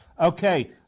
Okay